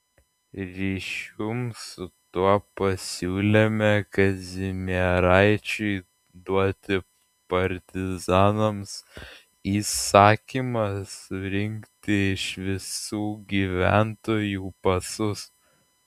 ryšium su tuo pasiūlėme kazimieraičiui duoti partizanams įsakymą surinkti iš visų gyventojų pasus